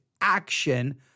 action